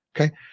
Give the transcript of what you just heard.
Okay